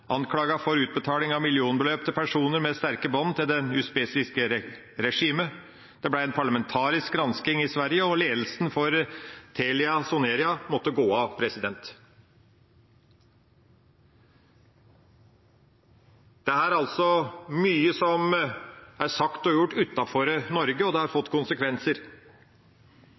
for utbetaling av millionbeløp til personer med sterke bånd til det usbekiske regimet. Det ble en parlamentarisk granskning i Sverige, og ledelsen for TeliaSonera måtte gå av. Det er altså mye som er sagt og gjort utenfor Norge, og det har